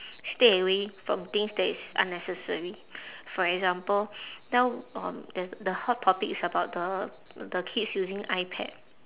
stay away from things that is unnecessary for example now um there's the hot topic is about the the kids using ipad